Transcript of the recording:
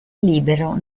libero